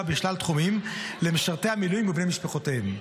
בשאר תחומים למשרתי המילואים ובני משפחותיהם,